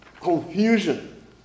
confusion